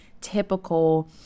typical